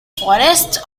forests